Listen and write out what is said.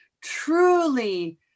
truly